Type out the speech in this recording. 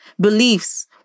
beliefs